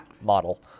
model